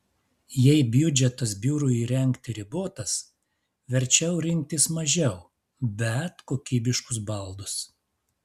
jei biudžetas biurui įrengti ribotas verčiau rinktis mažiau bet kokybiškus baldus